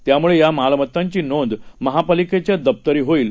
त्यामुळेयामालमत्तांचीनोंदमहापालिकेच्यादप्तरीहोईल